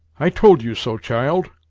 i told you so, child,